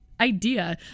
idea